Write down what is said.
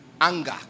anger